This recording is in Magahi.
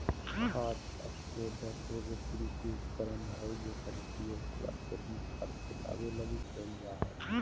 खाद स्प्रेडर एगो कृषि उपकरण हइ जेकर उपयोग पूरा खेत में खाद फैलावे लगी कईल जा हइ